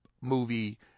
movie